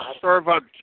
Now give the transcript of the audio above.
servant